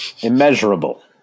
immeasurable